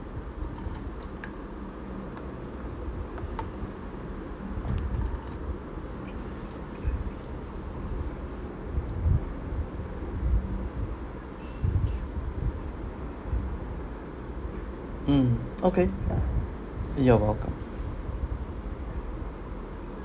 mm okay you are welcome